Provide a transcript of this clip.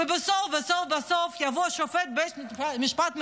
ובסוף בסוף יבוא שופט בית משפט מחוזי,